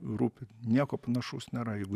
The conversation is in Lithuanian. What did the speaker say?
rūpi nieko panašaus nėra jeigu